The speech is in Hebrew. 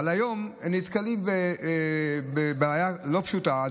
אבל היום הם נתקלים בבעיה לא פשוטה.